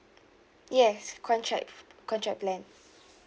yes contract contract plan